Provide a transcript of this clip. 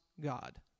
God